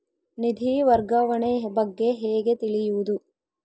ನಿಧಿ ವರ್ಗಾವಣೆ ಬಗ್ಗೆ ಹೇಗೆ ತಿಳಿಯುವುದು?